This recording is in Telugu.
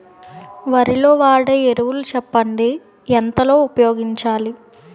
వరిలో వాడే ఎరువులు చెప్పండి? ఎంత లో ఉపయోగించాలీ?